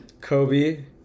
Kobe